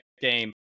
game